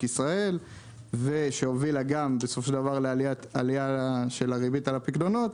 ישראל שהובילה גם בסופו של דבר לעלייה של הריבית על הפיקדונות